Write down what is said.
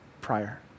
prior